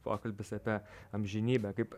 pokalbis apie amžinybę kaip